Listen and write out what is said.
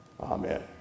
Amen